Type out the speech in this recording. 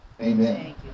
Amen